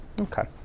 Okay